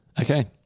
Okay